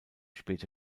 späte